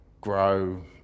grow